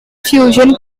fusion